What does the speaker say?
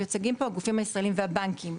מיוצגים פה הגופים הישראליים והבנקים,